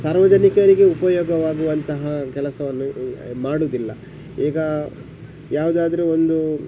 ಸಾರ್ವಜನಿಕರಿಗೆ ಉಪಯೋಗವಾಗುವಂತಹ ಕೆಲಸವನ್ನು ಮಾಡೋದಿಲ್ಲ ಈಗ ಯಾವುದಾದ್ರು ಒಂದು